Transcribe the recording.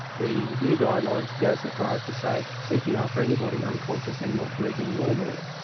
the new guidelines go so far as to say cpr for anybody unconscious and not breathing normally,